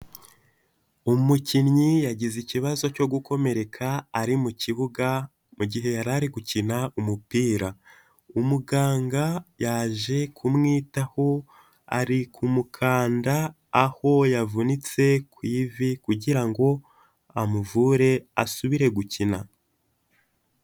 Umukinnyi yagize ikibazo cyo gukomereka ari mu kibuga, mu gihe yari ari gukina umupira, umuganga yaje kumwitaho, ari kumukanda aho yavunitse ku ivi kugira ngo amuvure asubire gukina.